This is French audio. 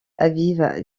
aviv